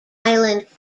island